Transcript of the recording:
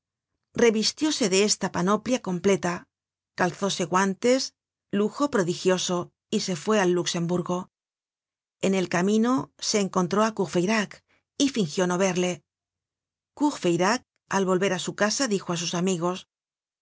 revistióse de esta panoplia completa calzóse guantes lujo prodigioso y se fué al luxemburgo en el camino se encontró á courfeyrac y fingió no verle courfeyrac al volver á su casa dijo á sus amigos